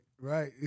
right